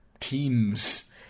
Teams